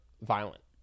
violent